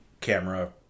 camera